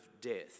death